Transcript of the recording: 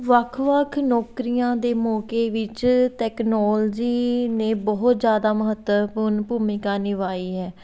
ਵੱਖ ਵੱਖ ਨੌਕਰੀਆਂ ਦੇ ਮੌਕੇ ਵਿੱਚ ਟੈਕਨਾਲਜੀ ਨੇ ਬਹੁਤ ਜ਼ਿਆਦਾ ਮਹੱਤਵਪੂਰਨ ਭੂਮਿਕਾ ਨਿਭਾਈ ਹੈ